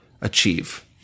achieve